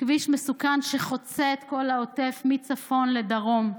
כביש מסוכן, שחוצה את כל העוטף מצפון לדרום.